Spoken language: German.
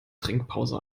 trinkpause